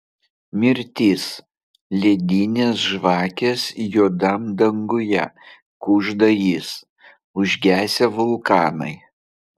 mirtis ledinės žvakės juodam danguje kužda jis užgesę vulkanai